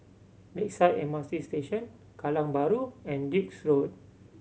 Lakeside M R T Station Kallang Bahru and Duke's Road